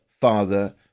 father